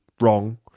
wrong